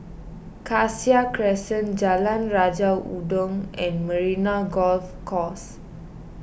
Cassia Crescent Jalan Raja Udang and Marina Golf Course